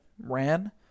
ran